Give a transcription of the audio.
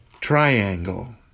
triangle